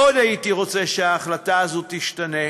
מאוד הייתי רוצה שההחלטה הזאת תשתנה,